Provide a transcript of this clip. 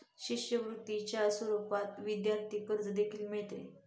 शिष्यवृत्तीच्या स्वरूपात विद्यार्थी कर्ज देखील मिळते